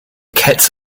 cats